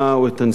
או את הנסיגה,